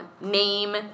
name